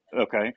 okay